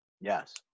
Yes